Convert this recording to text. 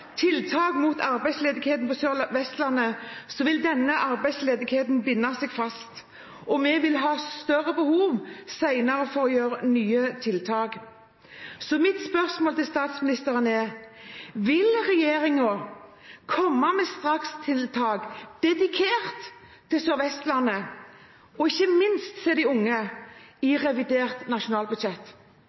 tiltak mot arbeidsledigheten på Sør-Vestlandet, vil den feste seg, og vi vil senere ha større behov for å sette inn nye tiltak. Mitt spørsmål til statsministeren er: Vil regjeringen komme med strakstiltak dedikert til Sør-Vestlandet, og ikke minst til de unge, i revidert nasjonalbudsjett?